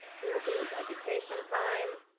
we would lose education time,